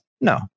No